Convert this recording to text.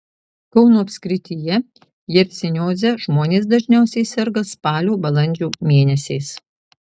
kauno apskrityje jersinioze žmonės dažniausiai serga spalio balandžio mėnesiais